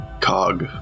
cog